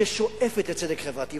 ששואפת לצדק חברתי.